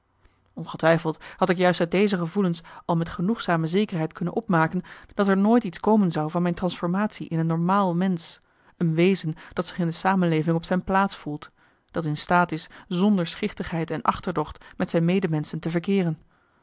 ongetwijfeld had ik juist uit deze gevoelens al met genoegzame zekerheid kunnen opmaken dat er nooit iets komen zou van mijn transformatie in een normaal mensch een wezen dat zich in de samenleving op zijn plaats voelt dat in staat is zonder schichtigheid en achterdocht met zijn medemenschen te verkeeren